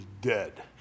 dead